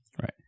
right